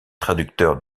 traducteurs